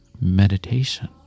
meditation